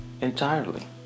entirely